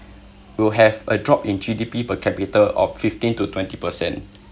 we'll have a drop in G_D_P per capita of fifteen to twenty percent